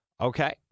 Okay